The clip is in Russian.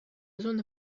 зона